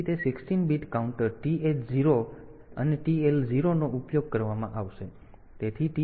તેથી તે 16 bit counter TH 0 છે અને TL 0 નો ઉપયોગ કરવામાં આવશે